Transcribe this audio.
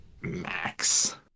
Max